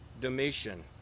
Domitian